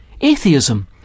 Atheism